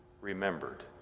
remembered